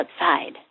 outside